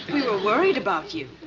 we were worried about you.